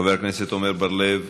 חבר הכנסת עמר בר-לב,